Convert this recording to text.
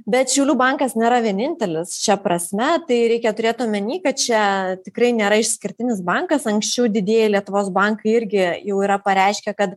bet šiaulių bankas nėra vienintelis šia prasme tai reikia turėt omeny kad čia tikrai nėra išskirtinis bankas anksčiau didieji lietuvos bankai irgi jau yra pareiškę kad